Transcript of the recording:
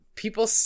People